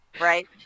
right